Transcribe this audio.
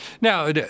now